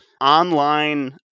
online